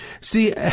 See